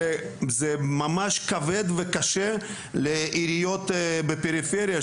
זה ממש כבד וקשה לעיריות בפריפריה,